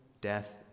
death